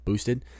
Boosted